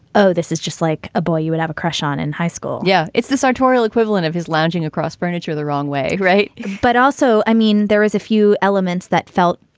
oh, this is just like a boy you would have a crush on in high school yeah. it's the sartorial equivalent of his lounging across furniture the wrong way. right. but also, i mean, there is a few elements that felt,